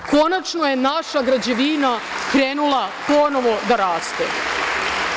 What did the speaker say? Konačno je naša građevina krenula ponovo da raste.